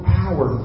power